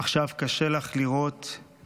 / עכשיו קשה לך לראות /